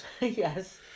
Yes